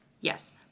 Yes